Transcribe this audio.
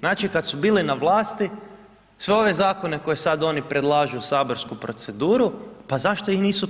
Znači kad su bili na vlasti, sve ove zakone koje oni predlažu u saborsku proceduru pa zašto ih nisu